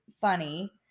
funny